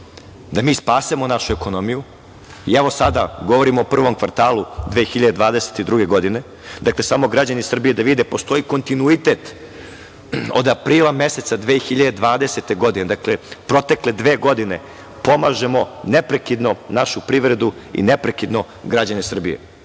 da mi spasemo našu ekonomiju, i evo sada govorim o prvom kvartalu 2022. godine. Samo građani Srbije da vide postoji kontinuitet od aprila meseca 2020. godine. Dakle, protekle dve godine pomažemo neprekidno našu privredu i neprekidno građane Srbije